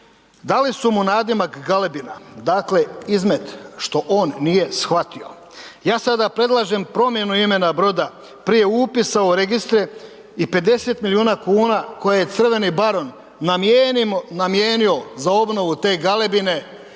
dali su mu nadimak galebina, dakle izmet što on nije shvatio. Ja sada predlažem promjenu izmjene broda prije upisa u registre i 50 miliona kuna koje je crveni baron namijenio za obnovu te galebine